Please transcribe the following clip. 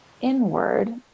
inward